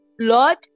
Lord